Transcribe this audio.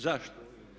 Zašto?